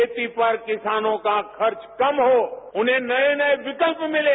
खेती पर किसानों का खर्च कम हो उन्हें नये नये विकल्प मिलें